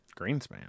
Greenspan